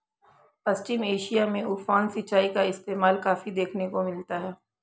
पश्चिम Asia में उफान सिंचाई का इस्तेमाल काफी देखने को मिलता है